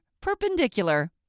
Perpendicular